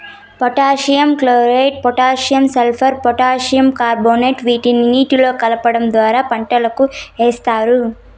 potassium chloride, potassium sulphate, potassium carbonate వీటిని నీటిలో కరిగించడం ద్వారా పంటలకు ఏస్తారు